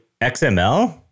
XML